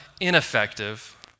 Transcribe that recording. ineffective